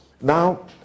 Now